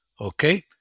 okay